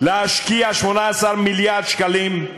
להשקיע 18 מיליארד שקלים,